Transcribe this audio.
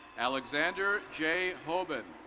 alexander j hobin.